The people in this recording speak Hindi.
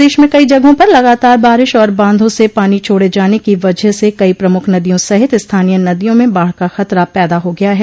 प्रदेश में कई जगहों पर लगातार बारिश और बांधों से पानी छोड़े जाने की वजह से कई प्रमुख नदियों सहित स्थानीय नदियों में बाढ़ का खतरा पैदा हो गया है